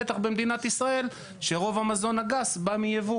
בטח במדינת ישראל שרוב המזון הגס בא מיבוא